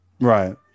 right